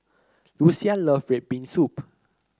Lucia love red bean soup